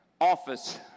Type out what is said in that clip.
office